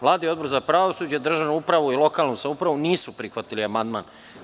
Vlada i Odbor za pravosuđe, državnu upravu i lokalnu samoupravu nisu prihvatili amandman.